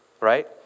right